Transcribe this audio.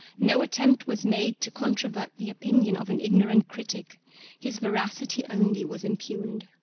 no attempt was made to controvert the opinion of an ignorant critic his veracity only was impugned.